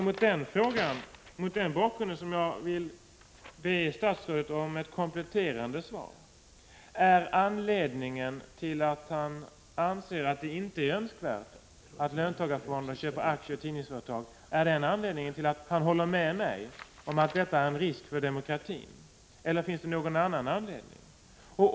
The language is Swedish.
Mot denna bakgrund ber jag statsrådet om ett kompletterande svar på följande fråga: Är anledningen till att statsrådet inte anser det vara önskvärt att löntagarfonderna köper aktier i tidningsföretag att han håller med mig om att det i detta avseende föreligger en risk för demokratin — eller finns det någon annan anledning?